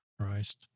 Christ